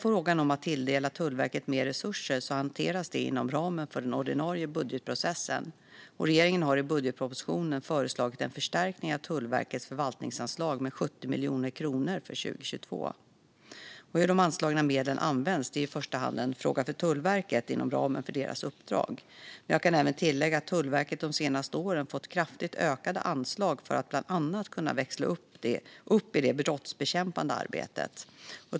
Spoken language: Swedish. Frågan om att tilldela Tullverket mer resurser hanteras inom ramen för den ordinarie budgetprocessen, och regeringen har i budgetpropositionen föreslagit en förstärkning av Tullverkets förvaltningsanslag med 70 miljoner kronor för 2022. Hur de anslagna medlen används är i första hand en fråga för Tullverket inom ramen för deras uppdrag. Jag kan även tillägga att Tullverket de senaste åren har fått kraftigt ökade anslag för att bland annat kunna växla upp i det brottsbekämpande arbetet.